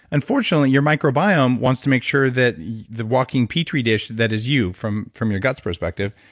unfortunately, your microbiome wants to make sure that the walking petri dish that is you from from your guts perspective.